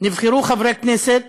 נבחרו חברי כנסת